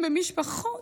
במשפחות,